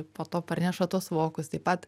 po to parneša tuos vokus taip pat